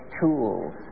tools